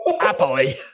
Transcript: Happily